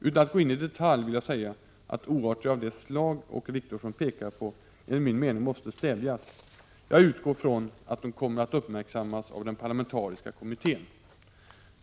Utan att gå in i detalj vill jag säga att oarter av det slag Åke Wictorsson pekar på enligt min mening måste stävjas. Jag utgår från att de kommer att uppmärksammas av den parlamentariska kommittén.